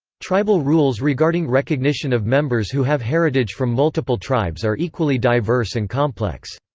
tribal rules regarding recognition of members who have heritage from multiple tribes are equally diverse and complex.